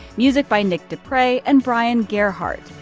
music by nick deprey and bryan gerhart.